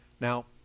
Now